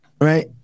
Right